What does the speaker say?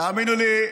תאמינו לי,